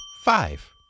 five